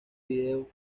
video